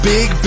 Big